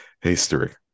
history